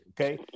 okay